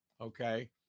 okay